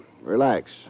Relax